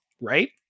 right